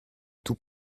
tout